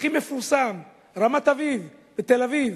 הכי מפורסם, רמת-אביב בתל-אביב.